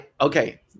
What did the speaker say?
Okay